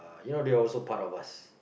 you know they're also part of us